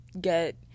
get